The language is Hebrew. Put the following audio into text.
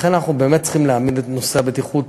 לכן אנחנו באמת צריכים להעמיד את נושא הבטיחות